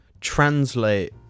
translate